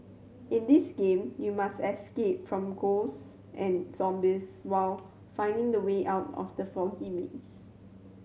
in this game you must escape from ghosts and zombies while finding the way out of the foggy maze